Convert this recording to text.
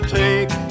take